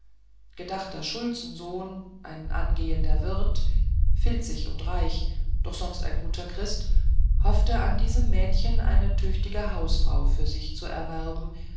gedachter schulzensohn ein angehender wirt filzig und reich doch sonst ein guter christ hoffte an diesem mädchen eine tüchtige hausfrau für sich zu erwerben